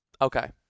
Okay